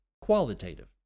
qualitative